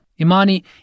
Imani